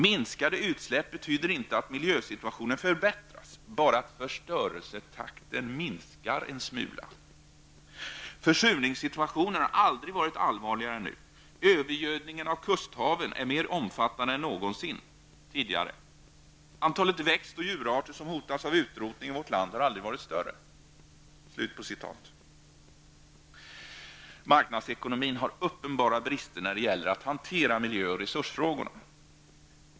- Minskade utsläpp betyder inte att miljösituationen förbättras, bara att förstörelsetakten minskar en smula. Försurningssituationen har aldrig varit allvarligare än nu. Övergödningen av kusthaven är mer omfattande än någonsin tidigare. Antalet växt och djurarter som hotas av utrotning i vårt land har aldrig varit större.'' Marknadsekonomin har uppenbara brister när det gäller att hantera miljö och resursfrågorna.